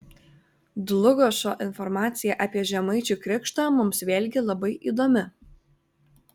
dlugošo informacija apie žemaičių krikštą mums vėlgi labai įdomi